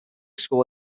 school